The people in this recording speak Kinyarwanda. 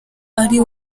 ari